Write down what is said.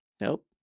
Nope